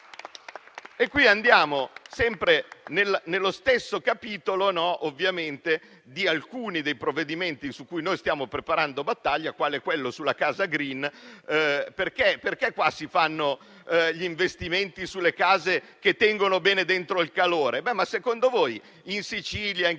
Qui siamo sempre nello stesso capitolo di alcuni provvedimenti su cui noi stiamo preparando battaglia, quale quello sulla casa *green*. Perché qui si prevedono investimenti sulle case che tengono bene dentro il calore? Ma secondo voi, in Sicilia, in Calabria,